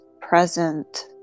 present